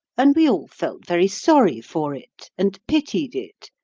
and we all felt very sorry for it, and pitied it.